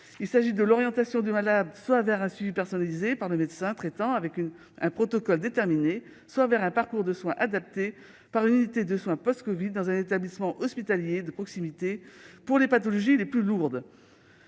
Il s'agit de l'orientation du malade, soit vers un suivi personnalisé par le médecin traitant, en vertu d'un protocole déterminé, soit vers un parcours de soins adapté par une unité de soins post-covid dans un établissement hospitalier de proximité, pour les pathologies les plus lourdes.